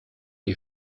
die